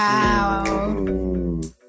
Wow